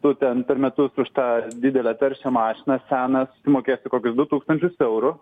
tu ten per metus už tą didelę taršią mašiną seną susimokėsi kokius du tūkstančius eurų